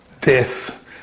death